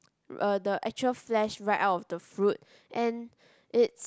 uh the actual flesh right out of the fruit and it's